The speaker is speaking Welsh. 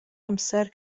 amser